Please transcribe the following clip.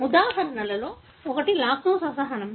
ఉదాహరణలలో ఒకటి లాక్టోస్ అసహనం